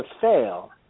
fail